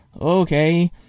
Okay